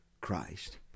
Christ